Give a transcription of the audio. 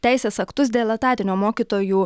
teisės aktus dėl etatinio mokytojų